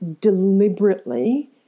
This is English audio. deliberately